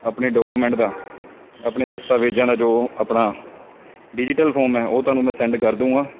ਆਪਣੇ ਡਾਕੂਮੈਂਟ ਦਾ ਆਪਣੇ ਦਸਤਾਵੇਜਾਂ ਦਾ ਜੋ ਆਪਣਾ ਡਿਜੀਟਲ ਫੋਰਮ ਹੈ ਉਹ ਤੁਹਾਨੂੰ ਮੈਂ ਸੈਂਡ ਕਰ ਦੂੰਗਾ